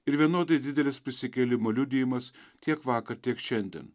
ir vienodai didelis prisikėlimo liudijimas tiek vakar tiek šiandien